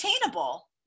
attainable